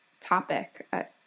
topic